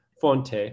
fonte